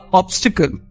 obstacle